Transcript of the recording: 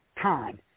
time